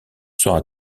sera